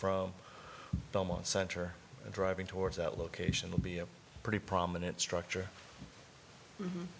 from belmont center driving towards that location will be a pretty prominent structure